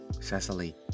Cecily